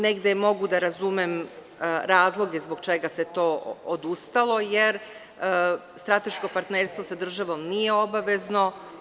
Negde mogu da razumem razloge zbog čega se od toga odustalo, jer strateško partnerstvo sa državom nije obavezno.